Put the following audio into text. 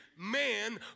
man